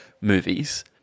movies –